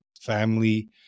family